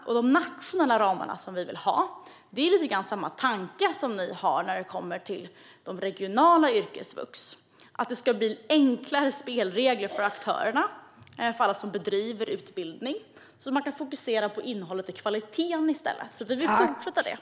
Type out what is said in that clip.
Bakom de nationella ramar som vi vill ha finns lite grann samma tanke som ni har med regionalt yrkesvux. Det ska bli enklare spelregler för alla de aktörer som bedriver utbildning så att de kan fokusera på innehållet och kvaliteten i stället. Vi vill gå vidare med detta.